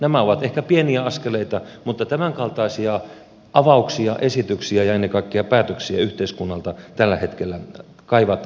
nämä ovat ehkä pieniä askeleita mutta tämänkaltaisia avauksia esityksiä ja ennen kaikkea päätöksiä yhteiskunnalta tällä hetkellä kaivataan ja tarvitaan